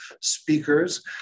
speakers